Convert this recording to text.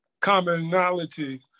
commonality